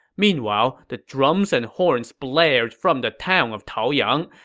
meanwhile, the drums and horns blared from the town of taoyang,